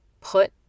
Put